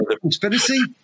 conspiracy